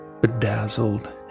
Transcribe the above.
bedazzled